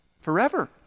Forever